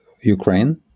Ukraine